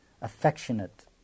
affectionate